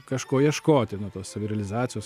kažko ieškoti nu tos savirealizacijos